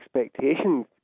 expectations